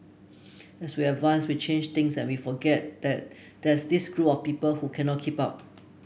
as we advance we change things and we forget that there's this group of people who cannot keep up